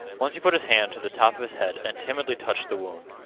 once he put his hand to the top of his head and timidly touched the wound.